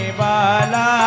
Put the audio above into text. bala